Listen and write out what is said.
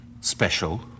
Special